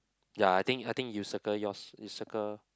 ya I think I think you circle yours you circle